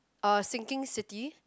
a sinking city